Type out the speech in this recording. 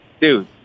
Dude